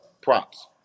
props